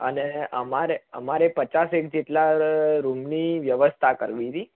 અને અમારે અમારે પચાસેક જેટલા રૂમની વ્યવસ્થા કરવી હતી